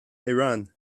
iran